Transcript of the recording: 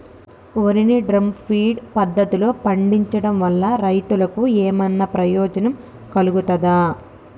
వరి ని drum feed పద్ధతిలో పండించడం వల్ల రైతులకు ఏమన్నా ప్రయోజనం కలుగుతదా?